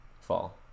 Fall